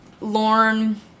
Lorne